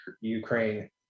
Ukraine